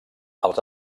els